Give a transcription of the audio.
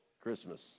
Christmas